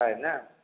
है ना